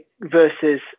Versus